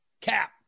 Cap